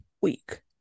week